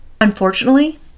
Unfortunately